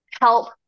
help